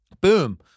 Boom